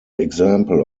example